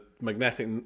magnetic